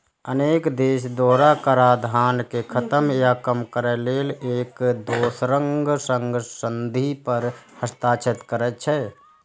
अनेक देश दोहरा कराधान कें खत्म या कम करै लेल एक दोसरक संग संधि पर हस्ताक्षर करै छै